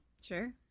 Sure